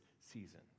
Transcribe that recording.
season